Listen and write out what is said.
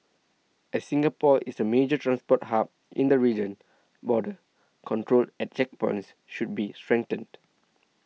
as Singapore is a major transport hub in the region border control at checkpoints should be strengthened